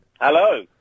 Hello